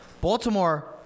Baltimore